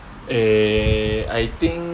eh I think